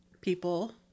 people